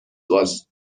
was